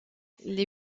les